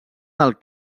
del